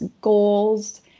goals